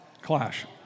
Clash